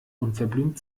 unverblümt